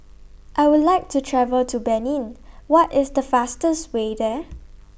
I Would like to travel to Benin What IS The fastest Way There